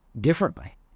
differently